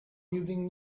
using